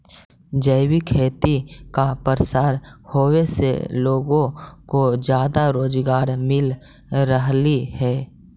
जैविक खेती का प्रसार होवे से लोगों को ज्यादा रोजगार मिल रहलई हे